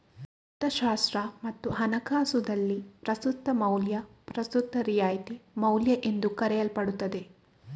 ಅರ್ಥಶಾಸ್ತ್ರ ಮತ್ತು ಹಣಕಾಸುದಲ್ಲಿ, ಪ್ರಸ್ತುತ ಮೌಲ್ಯವು ಪ್ರಸ್ತುತ ರಿಯಾಯಿತಿ ಮೌಲ್ಯಎಂದೂ ಕರೆಯಲ್ಪಡುತ್ತದೆ